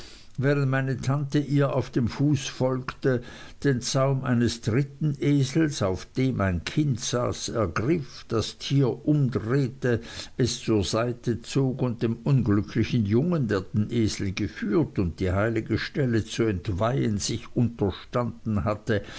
während meine tante ihr auf dem fuß folgte den zaum eines dritten esels auf dem ein kind saß ergriff das tier umdrehte es zur seite zog und dem unglücklichen jungen der den esel geführt und die heilige stelle zu entweihen sich unterstanden hatte